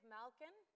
Malkin